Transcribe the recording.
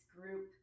group